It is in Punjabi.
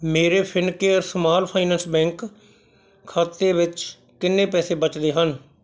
ਮੇਰੇ ਫਿਨਕੇਅਰ ਸਮਾਲ ਫਾਈਨੈਂਸ ਬੈਂਕ ਖਾਤੇ ਵਿੱਚ ਕਿੰਨੇ ਪੈਸੇ ਬਚਦੇ ਹਨ